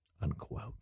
Unquote